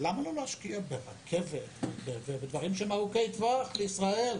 למה לא להשקיע ברכבת ובדברים שהם ארוכי טווח לישראל?